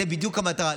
זאת בדיוק המטרה,